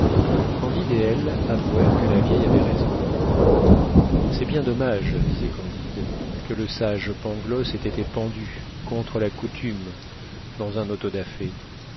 et elle avouèrent que la vieille avait raison c'est bien dommage disait candide que le sage pangloss ait été pendu contre la coutume dans un auto da fé